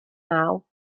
naw